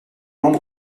membre